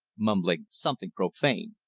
mumbling something profane.